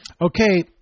Okay